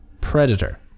Predator